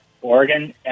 Oregon